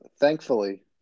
thankfully